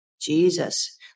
Jesus